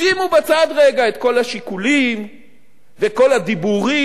שימו בצד רגע את כל השיקולים וכל הדיבורים.